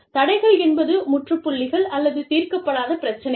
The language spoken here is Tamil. தடைகள் என்பது முற்றுப்புள்ளிகள் அல்லது தீர்க்கப்படாத பிரச்சினைகள்